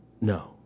No